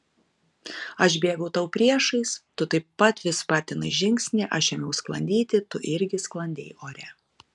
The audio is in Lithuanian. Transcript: aš bėgau tau priešais tu taip pat vis spartinai žingsnį aš ėmiau sklandyti tu irgi sklandei ore